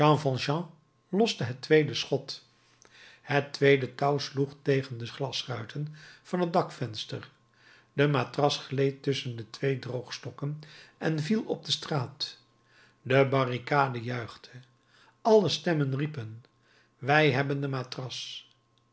loste het tweede schot het tweede touw sloeg tegen de glasruiten van het dakvenster de matras gleed tusschen de twee droogstokken en viel op de straat de barricade juichte alle stemmen riepen wij hebben de matras